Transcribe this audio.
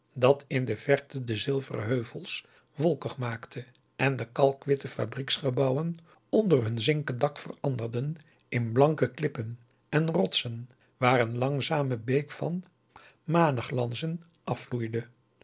dat in de verte de zilveren heuvels wolkig maakte en de kalkwitte fabrieksgebouwen onder hun zinken dak veranderden in blanke klippen en rotsen waar een langzame beek van maneglanzen afvloeide